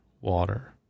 water